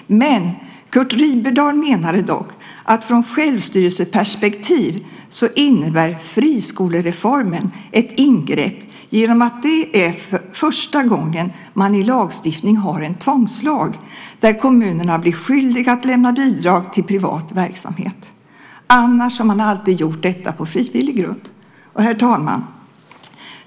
Curt Riberdahl menade dock att från självstyrelseperspektiv innebär friskolereformen ett ingrepp genom att det är första gången man i lagstiftning har en tvångslag, där kommunerna blir skyldiga att lämna bidrag till privat verksamhet. Annars har man alltid gjort detta på frivillig grund. Herr talman!